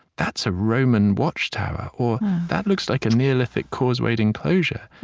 that's a roman watchtower, or that looks like a neolithic causewayed enclosure.